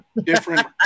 different